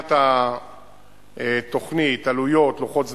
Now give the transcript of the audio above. בחינת היתכנות, עלויות, לוחות זמנים,